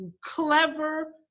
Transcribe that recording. clever